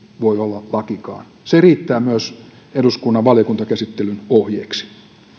voi olla lakikaan se riittää myös eduskunnan valiokuntakäsittelyn ohjeeksi